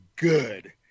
Good